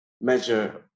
measure